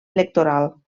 electoral